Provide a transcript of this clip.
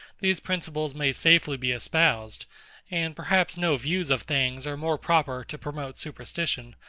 these principles may safely be espoused and perhaps no views of things are more proper to promote superstition,